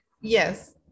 Yes